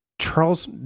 Charles